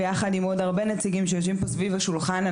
יחד עם עוד הרבה נציגים שיושבים סביב השולחן.